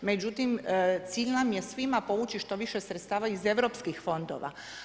Međutim, cilj nam je svima povući što više sredstava iz europskih fondova.